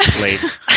late